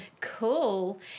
cool